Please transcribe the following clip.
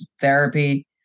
therapy